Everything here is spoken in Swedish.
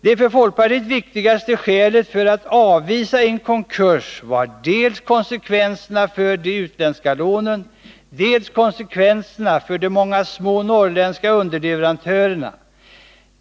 De för folkpartiet viktigaste skälen för att avvisa en konkurs var dels konsekvenserna för de utländska lånen, dels konsekvenserna för de många små norrländska underleverantörerna.